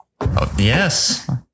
Yes